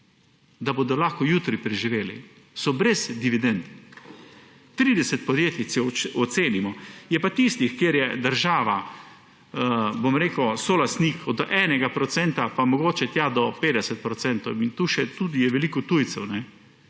da bodo lahko jutri preživela, so brez dividend. 30 podjetij, če ocenimo, je pa tistih, kjer je država solastnik od 1 % pa mogoče tja do 50 %, tu je tudi še veliko tujcev.